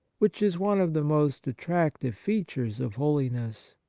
which is one of the most attractive features of holiness.